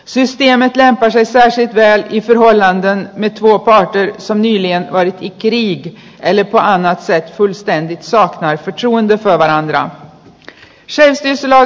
siis viemät lämpöisyys ärsyttää ihoa länteen nyt luokkaa käyvä ett av de viktigaste elementen är naturligtvis just självstyrelselagen och hur den stiftas